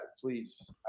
Please